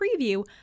preview